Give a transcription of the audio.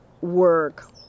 work